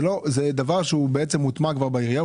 זה דבר שמוטמע בעירייה,